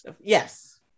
yes